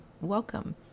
Welcome